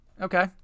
Okay